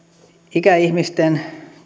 ikäihmisten